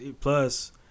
plus